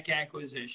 acquisition